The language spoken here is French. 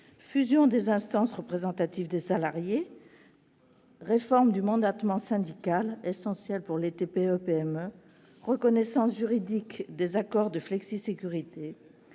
fusion des instances représentatives des salariés ; réforme du mandatement syndical, essentielle pour les TPE-PME ; reconnaissance juridique des accords de flexisécurité